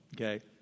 okay